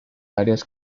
áreas